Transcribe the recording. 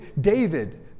David